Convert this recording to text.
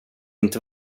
inte